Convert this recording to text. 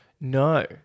No